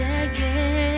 again